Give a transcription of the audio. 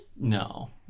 No